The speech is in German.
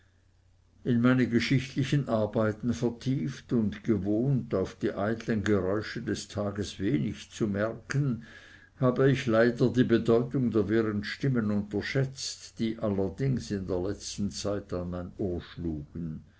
in meine geschichtlichen arbeiten vertieft und gewohnt auf die eiteln geräusche des tages wenig zu merken habe ich leider die bedeutung der wirren stimmen unterschätzt die allerdings in der letzten zeit an mein ohr schlugen